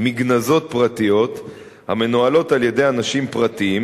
פרטיות המנוהלות על-ידי אנשים פרטיים.